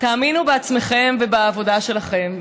תאמינו בעצמכם ובעבודה שלכם.